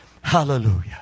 Hallelujah